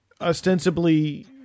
ostensibly